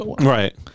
Right